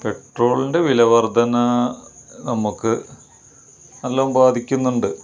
പെട്രോളിൻ്റെ വില വർധന നമുക്ക് നല്ലോം ബാധിക്കുന്നുണ്ട്